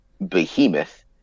behemoth